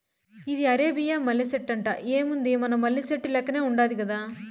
ఇది అరేబియా మల్లె సెట్టంట, ఏముంది మన మల్లె సెట్టు లెక్కనే ఉండాది గదా